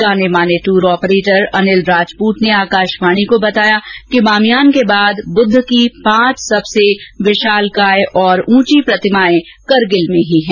जाने माने tour operator Anil Rajput ने आकाशवाणी को बताया कि बामियान के बाद बुद्ध की पांच सबसे विशालकाय और ऊंची प्रतिमाएं करगिल में ही हैं